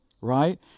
right